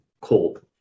cold